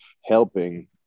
helping